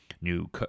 new –